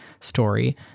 story